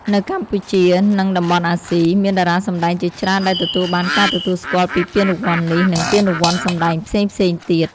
នៅកម្ពុជា និងតំបន់អាស៊ី មានតារាសម្តែងជាច្រើនដែលទទួលបានការទទួលស្គាល់ពីពានរង្វាន់នេះ និងពានរង្វាន់សម្តែងផ្សេងៗទៀត។